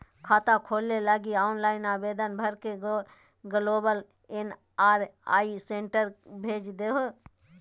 खाता खोले लगी ऑनलाइन आवेदन भर के ग्लोबल एन.आर.आई सेंटर के भेज देहो